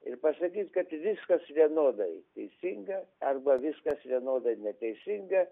ir pažadėt kad viskas vienodai teisinga arba viskas vienodai neteisinga